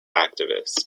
activist